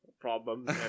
problems